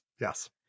Yes